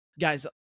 Guys